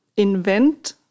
invent